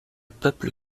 peuple